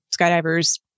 skydivers